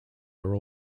are